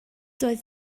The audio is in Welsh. doedd